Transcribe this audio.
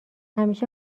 همیشه